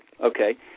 Okay